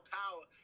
power